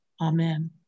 Amen